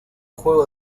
juego